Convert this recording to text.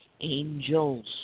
angels